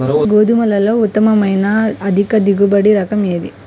గోధుమలలో ఉత్తమమైన అధిక దిగుబడి రకం ఏది?